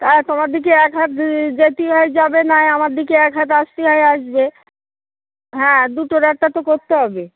তা তোমার দিকে এক হাত যেটা হয় যাবে না হয় আমার দিকে এক হাত আসতে হয় আসবে হ্যাঁ দুটোর একটা তো করতে হবে